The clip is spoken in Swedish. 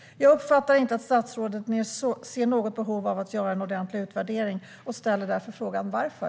Jag uppfattar inte att statsrådet ser något behov av att göra en ordentlig utvärdering, och jag frågar därför: Varför?